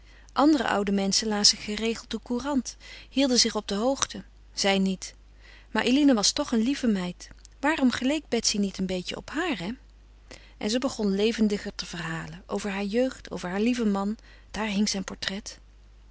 andere oude menschen lazen geregeld de courant hielden zich op de hoogte zij niet maar eline was toch een lieve meid waarom geleek betsy niet een beetje op haar hé en ze begon levendiger te verhalen over haar jeugd over haar lieven man daar hing zijn portret